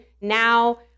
now